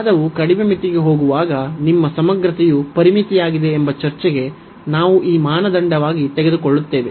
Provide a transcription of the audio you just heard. ವಾದವು ಕಡಿಮೆ ಮಿತಿಗೆ ಹೋಗುವಾಗ ನಿಮ್ಮ ಸಮಗ್ರತೆಯು ಪರಿಮಿತಿಯಾಗಿದೆ ಎಂಬ ಚರ್ಚೆಗೆ ನಾವು ಈ ಮಾನದಂಡವಾಗಿ ತೆಗೆದುಕೊಳ್ಳುತ್ತೇವೆ